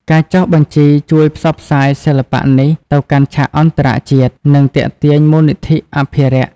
ការចុះបញ្ជីជួយ ផ្សព្វផ្សាយ សិល្បៈនេះទៅកាន់ឆាកអន្តរជាតិ និងទាក់ទាញមូលនិធិអភិរក្ស។